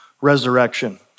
resurrection